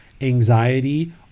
anxiety